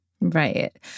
Right